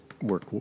work